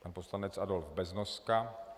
Pan poslanec Adolf Beznoska.